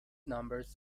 numbers